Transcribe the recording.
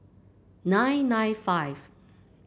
nine nine five